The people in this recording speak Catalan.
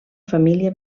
família